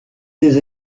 des